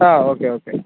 ಹಾಂ okay okay